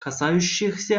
касающихся